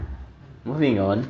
moving on